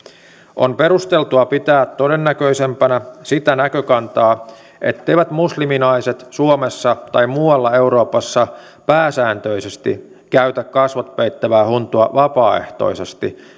on perusteltua pitää todennäköisempänä sitä näkökantaa etteivät musliminaiset suomessa tai muualla euroopassa pääsääntöisesti käytä kasvot peittävää huntua vapaaehtoisesti